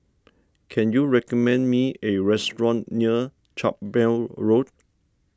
can you recommend me a restaurant near Carpmael Road